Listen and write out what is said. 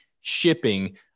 shipping